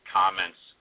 comments